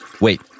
Wait